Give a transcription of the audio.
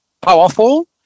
powerful